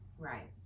right